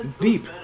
deep